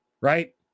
right